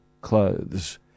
clothes